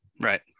Right